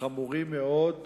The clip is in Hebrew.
חמורים מאוד,